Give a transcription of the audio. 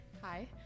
Hi